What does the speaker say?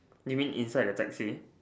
you mean inside the taxi